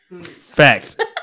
Fact